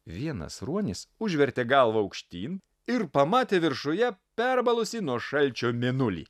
vienas ruonis užvertė galvą aukštyn ir pamatė viršuje perbalusį nuo šalčio mėnulį